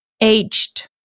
aged